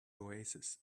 oasis